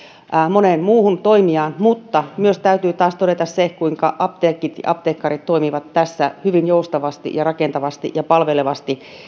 moneen muuhun toimijaan mutta myös täytyy taas todeta se kuinka apteekit ja apteekkarit toimivat tässä hyvin joustavasti ja rakentavasti ja palvelevasti